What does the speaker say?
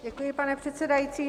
Děkuji, pane předsedající.